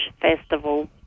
festival